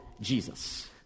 Jesus